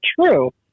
true